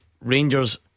Rangers